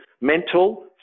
mental